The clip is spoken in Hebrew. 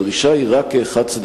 הדרישה היא חד-צדדית.